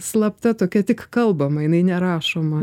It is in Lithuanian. slapta tokia tik kalbama jinai nerašoma